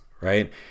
right